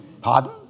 pardon